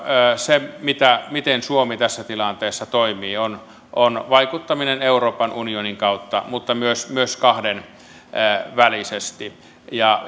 se miten suomi tässä tilanteessa toimii on on vaikuttaminen euroopan unionin kautta mutta myös myös kahdenvälisesti ja